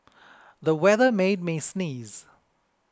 the weather made me sneeze